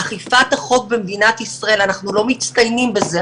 אכיפת החוק במדינת ישראל, אנחנו לא מצטיינים בזה,